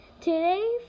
today